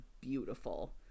beautiful